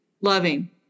loving